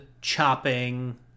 chopping